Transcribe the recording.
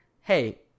hey